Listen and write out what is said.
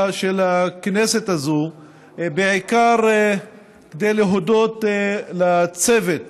של הכנסת הזאת בעיקר כדי להודות לצוות